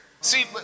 See